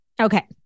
Okay